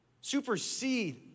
supersede